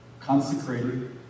consecrated